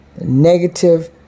negative